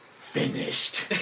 finished